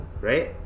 right